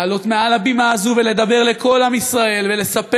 לעלות מעל הבימה הזו ולדבר לכל עם ישראל ולספר